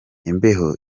imbeho